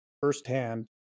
firsthand